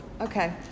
okay